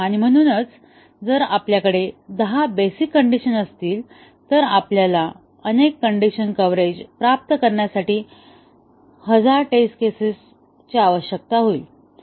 आणि म्हणून जर आपल्या कडे 10 बेसिक कण्डिशन असतील तर आपल्याला अनेक कण्डिशन कव्हरेज प्राप्त करण्यासाठी हजार टेस्ट केसेस आवश्यकता आहे